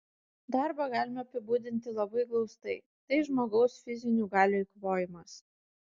darbą galima apibūdinti labai glaustai tai žmogaus fizinių galių eikvojimas